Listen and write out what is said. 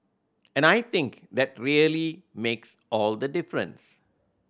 and I think that really makes all the difference